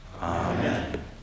Amen